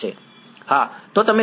વિદ્યાર્થી સર બરાબર